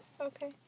Okay